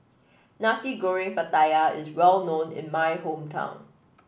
Nasi Goreng Pattaya is well known in my hometown